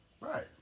Right